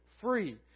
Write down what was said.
free